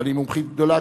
אבל היא מומחית גדולה.